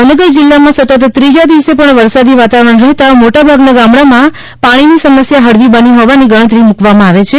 ભાવનગર જિલ્લામાં સતત ત્રીજા દિવસે પણ વરસાદી વાતાવરણ રહેતા મોટા ભાગના ગામડામાં પાણીની સમસ્યા હળવી બની હોવાની ગણતરી મૂકવામાં આવે છે